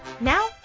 Now